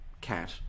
cat